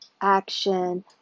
action